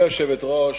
גברתי היושבת-ראש,